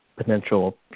Potential